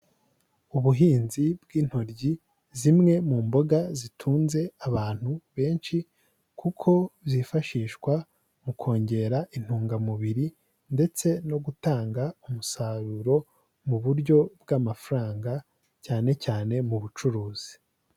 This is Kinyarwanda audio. Ubuhinzi bw'intoryi zimwe mu mboga zitunze abantu benshi, kuko zifashishwa mu kongera intungamubiri, ndetse no gutanga umusaruro mu buryo bw'amafaranga, cyane cyane mu bucuruzi.